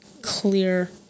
clear